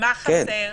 מה חסר